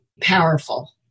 powerful